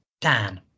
Dan